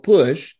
Push